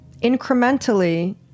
incrementally